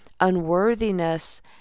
unworthiness